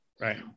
Right